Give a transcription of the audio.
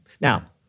Now